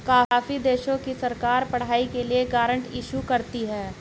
काफी देशों की सरकार पढ़ाई के लिए ग्रांट इशू करती है